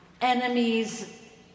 enemies